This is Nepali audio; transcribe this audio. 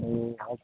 ए हजुर